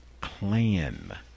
Clan